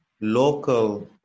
local